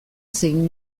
zein